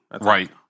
Right